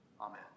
Amen